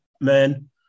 man